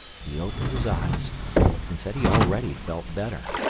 he opened his eyes and said he already felt better.